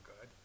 good